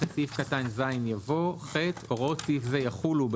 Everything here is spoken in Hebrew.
אחרי סעיף קטן (ז) יבוא: "(ח) הוראות סעיף זה יחולו,